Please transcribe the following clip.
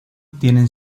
tienen